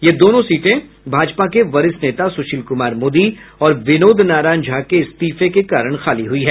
ये दोनों सीटें भाजपा के वरिष्ठ नेता सुशील कुमार मोदी और विनोद नारायण झा के इस्तीफे के कारण खाली हुई हैं